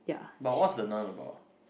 but what's the-nun about